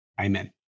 amen